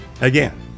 Again